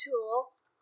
tools